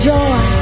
joy